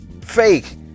fake